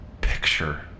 picture